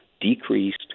decreased